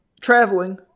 Traveling